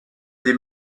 des